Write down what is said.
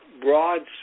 broad